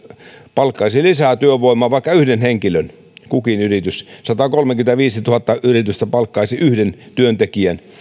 palkkaisi lisää työvoimaa vaikka yhden henkilön kukin yritys satakolmekymmentäviisituhatta yritystä palkkaisi yhden työntekijän esimerkiksi